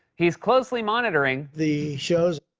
he's closely monitoring. the. shows.